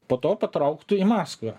po to patrauktų į maskvą